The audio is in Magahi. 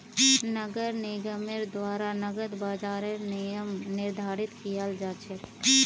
नगर निगमेर द्वारा नकद बाजारेर नियम निर्धारित कियाल जा छेक